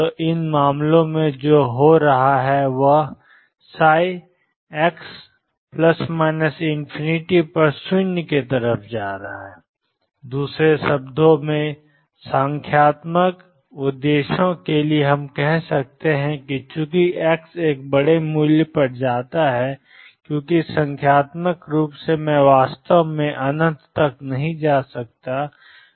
तो इन मामलों में जो हो रहा है वह है x→±∞→0 दूसरे शब्दों में संख्यात्मक उद्देश्यों के लिए हम कह सकते हैं कि चूंकि x एक बड़े मूल्य पर जाता है क्योंकि संख्यात्मक रूप से मैं वास्तव में अनंत तक नहीं जा सकता